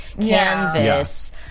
canvas